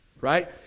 Right